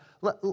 Let